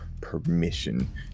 permission